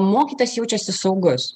mokytojas jaučiasi saugus